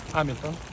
Hamilton